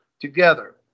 together